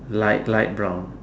light light brown